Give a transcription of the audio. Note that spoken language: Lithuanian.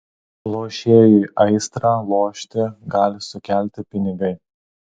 lošėjui aistrą lošti gali sukelti pinigai